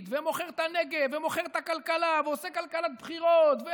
ומוכר את הנגב ומוכר את הכלכלה ועושה כלכלת בחירות.